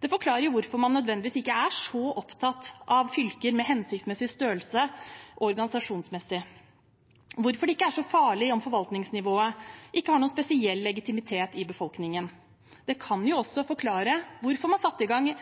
Det forklarer hvorfor man nødvendigvis ikke er så opptatt av fylker med hensiktsmessig størrelse organisasjonsmessig, og hvorfor det ikke er så farlig om forvaltningsnivået ikke har noen spesiell legitimitet i befolkningen. Det kan også forklare hvorfor man satte i gang